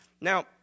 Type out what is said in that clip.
Now